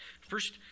First